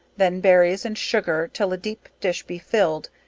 then berries and sugar till a deep dish be filled,